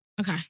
Okay